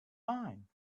mine